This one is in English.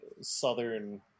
southern